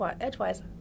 edgewise